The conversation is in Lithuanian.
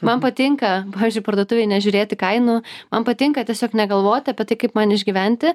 man patinka pavyzdžiui parduotuvėje nežiūrėti kainų man patinka tiesiog negalvoti apie tai kaip man išgyventi